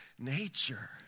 nature